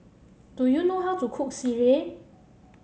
do you know how to cook sireh